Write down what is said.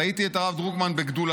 ראיתי את הרב דרוקמן בגדולתו,